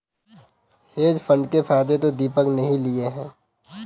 hedge fund के फायदे तो दीपक ने ही लिए है